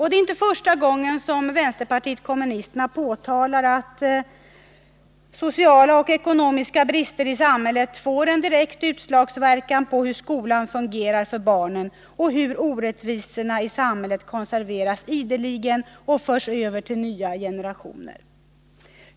Det är inte första gången som vpk påtalar att sociala och ekonomiska brister i samhället får en direkt utslagsverkan på hur skolan fungerar för barnen och hur orättvisorna i samhället ideligen konserveras och förs över till nya generationer.